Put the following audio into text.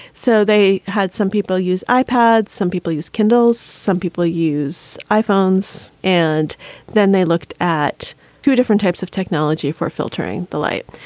so they had some people use ipods, some people use candles, some people use iphones. and then they looked at two different types of technology for filtering the light.